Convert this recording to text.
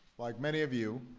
like many of you,